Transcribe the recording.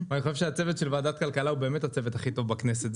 אני חושב שהצוות של ועדת הכלכלה הוא באמת הצוות הכי טוב בכנסת,